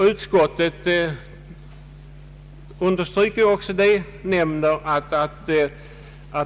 Utskottet understryker detta.